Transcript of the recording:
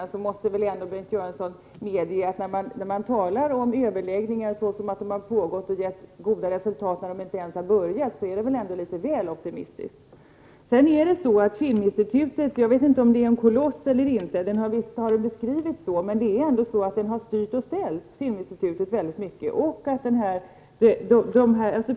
Och Bengt Göransson måste väl i det sammanhanget ändå medge att det är litet väl optimistiskt att tala om överläggningar som om dessa pågick och hade givit goda resultat, när dessa överläggningar inte ens har börjat. Jag vet inte om Filminstitutet är en koloss eller inte. Den har ju beskrivits med det ordet, och från Filminstitutet har man styrt och ställt.